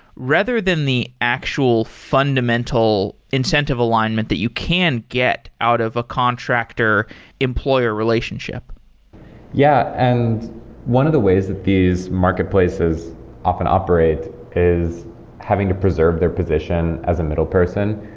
rather than the actual fundamental incentive alignment that you can get out of a contractor employer relationship yeah. and one of the ways that these marketplaces often operate is having to preserve their position as a middle person.